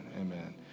Amen